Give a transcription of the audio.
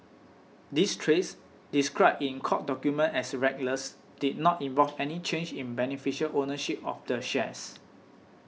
these trades described in court documents as reckless did not involve any change in beneficial ownership of the shares